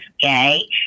gay